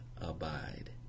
abide